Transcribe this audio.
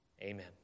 Amen